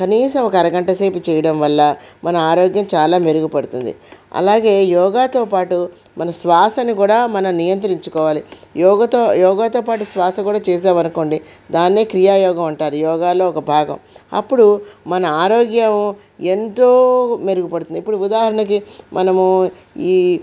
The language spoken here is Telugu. కనీసము ఒక అరగంటసేపు చేయడం వల్ల మన ఆరోగ్యము చాలా మెరుగుపడుతుంది అలాగే యోగాతో పాటు మన శ్వాసను కూడా మనం నియంత్రించుకోవాలి యోగాతో పాటు శ్వాస కూడా చేసాము అనుకోండి దాన్ని క్రియాయోగ అంటారు అది యోగాలో ఒక భాగం అప్పుడు మన ఆరోగ్యం ఎంతో మెరుగుపడుతుంది ఇప్పుడు ఉదాహరణకి మనము ఈ